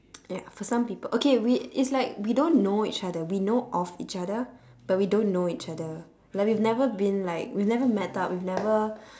ya for some people okay we it's like we don't know each other we know of each other but we don't know each other like we've never been like we've never met up we've never